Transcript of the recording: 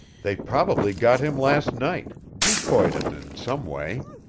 they probably got him last night, decoyed him in some way.